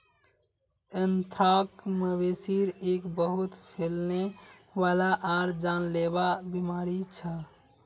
anthrax, मवेशिर एक बहुत फैलने वाला आर जानलेवा बीमारी छ